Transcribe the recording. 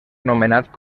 nomenat